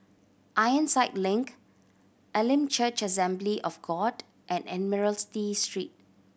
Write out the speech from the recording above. Ironside Link Elim Church Assembly of God and Admiralty Street